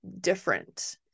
different